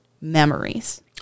memories